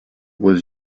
was